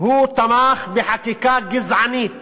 הוא תמך בחקיקה גזענית